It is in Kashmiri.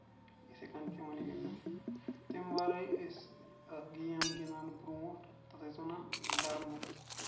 یِتھٕے کَنۍ چھُ یِوان یہِ گِندنہٕ تمہِ وَرٲے أسۍ اَتھ گیم گِندان برونٹھ تَتھ ٲسۍ وَنان گرمہ